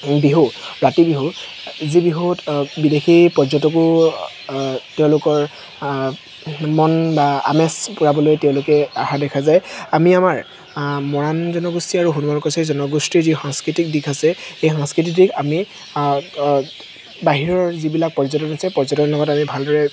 বিহু ৰাতি বিহু যি বিহুত বিদেশী পৰ্যটকো তেওঁলোকৰ মন বা আমেজ পূৰাবলৈ তেওঁলোকে অহা দেখা যায় আমি আমাৰ মৰাণ জনগোষ্ঠীৰ আৰু সোণোৱাল কছাৰী জনগোষ্ঠীৰ যি সাংস্কৃতিক দিশ আছে এই সাংস্কৃতিক দিশ আমি বাহিৰৰ যিবিলাক পৰ্যটন আছে পৰ্যটনৰ লগত আমি ভালদৰে